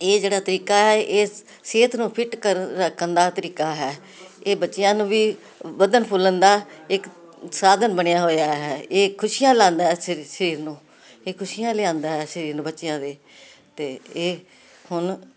ਇਹ ਜਿਹੜਾ ਤਰੀਕਾ ਹ ਇਸ ਸਿਹਤ ਨੂੰ ਫਿੱਟ ਰੱਖਣ ਦਾ ਤਰੀਕਾ ਹੈ ਇਹ ਬੱਚਿਆਂ ਨੂੰ ਵੀ ਵੱਧਣ ਫੁੱਲਣ ਦਾ ਇੱਕ ਸਾਧਨ ਬਣਿਆ ਹੋਇਆ ਹੈ ਇਹ ਖੁਸ਼ੀਆਂ ਲਾਂਦਾ ਸ ਸਰੀਰ ਨੂੰ ਇਹ ਖੁਸ਼ੀਆਂ ਲਿਆਂਦਾ ਹੈ ਸਰੀਰ ਨੂੰ ਬੱਚਿਆਂ ਦੇ ਤੇ ਇਹ ਹੁਣ